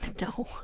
No